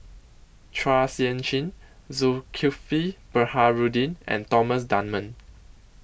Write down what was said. Chua Sian Chin Zulkifli Baharudin and Thomas Dunman